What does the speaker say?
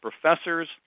professors